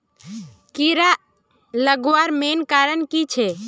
कीड़ा लगवार मेन कारण की छे?